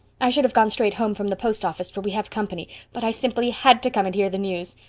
i should have gone straight home from the post office for we have company. but i simply had to come and hear the news.